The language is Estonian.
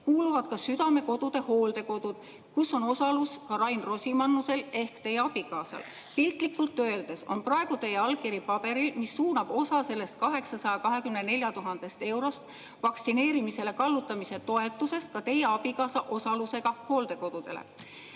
kuuluvad ka Südamekodude hooldekodud, kus on osalus Rain Rosimannusel ehk teie abikaasal. Piltlikult öeldes on praegu teie allkiri paberil, mis suunab osa sellest 824 000 eurost vaktsineerimisele kallutamise toetusest ka teie abikaasa osalusega hooldekodudele.